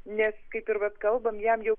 nes kaip ir vat kalbam jam jau